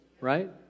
right